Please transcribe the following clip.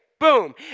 Boom